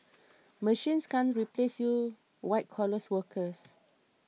machines can't replace you white collars workers